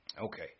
Okay